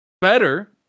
better